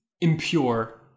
impure